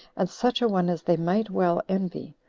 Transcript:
and such a one as they might well envy,